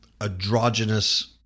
androgynous